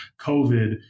COVID